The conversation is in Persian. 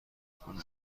کنم